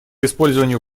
использованию